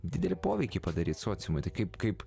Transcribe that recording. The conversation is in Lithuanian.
didelį poveikį padaryt sociumui tai kaip kaip